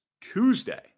Tuesday